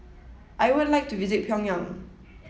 I would like to visit Pyongyang